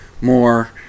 more